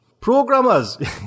Programmers